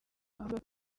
avuga